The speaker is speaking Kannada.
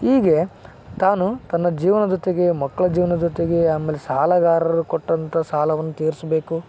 ಹೀಗೆ ತಾನು ತನ್ನ ಜೀವನ ಜೊತೆಗೆ ಮಕ್ಕಳ ಜೀವನ ಜೊತೆಗೆ ಆಮೇಲೆ ಸಾಲಗಾರ್ರು ಕೊಟ್ಟಂತ ಸಾಲವನ್ನು ತೀರಿಸಬೇಕು